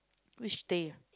which day